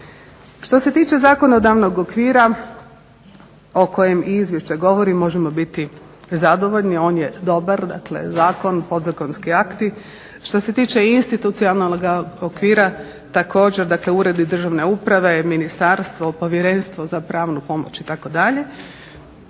Što se tiče zakonodavnog okvira o kojem i izvješće govori, možemo biti zadovoljni, on je dobar, dakle, zakon, podzakonski akti. Što se tiče institucionalnoga okvira, također dakle, uredi državne uprave, ministarstvo, povjerenstvo za pravnu pomoć itd..